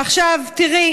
עכשיו, תראי,